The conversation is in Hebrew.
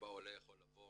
שבו העולה יכול לבוא